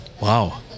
Wow